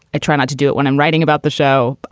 i try not to do it when i'm writing about the show.